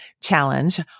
challenge